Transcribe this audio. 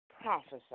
prophesy